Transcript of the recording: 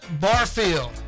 Barfield